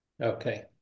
Okay